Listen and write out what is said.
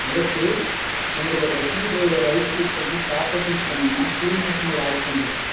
அடுத்து உங்களோட சீ ட்ரைவ்வரை ரைட் க்ளிக் பண்ணி ப்ராபர்டீஸ் போனீங்கன்னா க்ளீன் அப்ன்னு ஒரு ஆப்ஷன்ருக்கும்